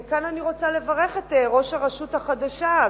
וכאן אני רוצה לברך את ראש הרשות החדשה,